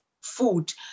food